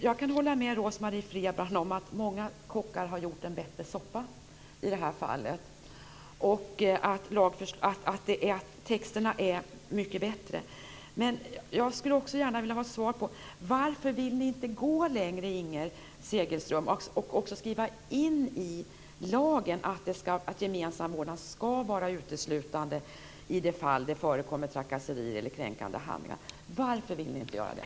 Jag kan hålla med Rose-Marie Frebran om att många kockar här har gjort en bättre soppa och att texterna nu är mycket bättre. Men jag skulle gärna vilja veta: Varför vill ni inte gå längre, Inger Segelström, och också skriva in i lagen att gemensam vårdnad skall vara utesluten i de fall där det förekommer trakasserier eller kränkande handlingar? Varför vill ni inte göra det?